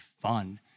fun